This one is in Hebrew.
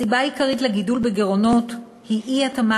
הסיבה העיקרית לגידול בגירעונות היא אי-התאמה